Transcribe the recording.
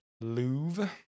Louvre